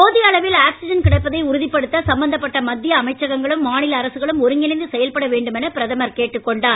போதிய அளவில் ஆக்சிஜன் கிடைப்பதை உறுதிபடுத்த சம்மந்தப்பட்ட மத்திய அமைச்சகங்களும் மாநில அரசுகளும் ஒருங்கிணைந்து செயல்பட வேண்டும் என பிரதமர் கேட்டுக்கொண்டார்